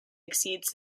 exceeded